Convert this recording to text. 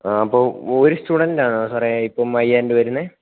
ആ അപ്പോള് ഒരു സ്റ്റുഡന്റിനാണോ സാറേ ഇപ്പം അയ്യായിരം രൂപ വരുന്നത്